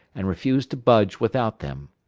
and refused to budge without them.